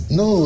no